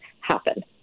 happen